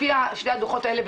לפי שני הדוחות האלה,